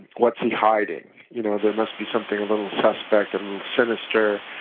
what's he hiding, you know, there must be something a little suspect, a little sinister,